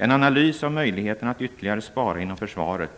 En analys av möjligheterna att ytterligare spara inom försvaret